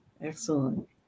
Excellent